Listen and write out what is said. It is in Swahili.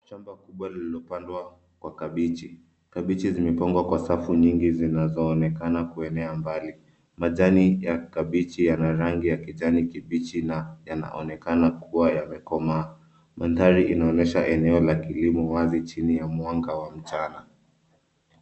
Shamba kubwa lililopandwa makabichi. Kabichi zimepandwa kwa safu nyingi zinazooneka kuenea mbali. Majani ya kabichi yana rangi ya kijani kibichi na yanaonekana kuwa yamekomaa. Mandhari inaonyesha eneo la kilimo wazi chini ya mwanga wa mchana.